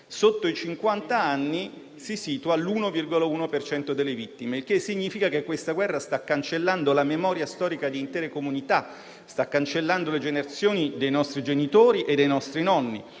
sotto i cinquant'anni si situa l'1,1 per cento delle vittime, il che significa che questa guerra sta cancellando la memoria storica di intere comunità, sta cancellando le generazioni dei nostri genitori e dei nostri nonni